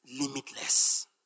limitless